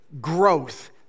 growth